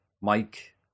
Mike